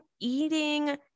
eating